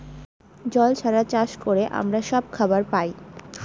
জল ছাড়া চাষ করে আমরা সব খাবার পায়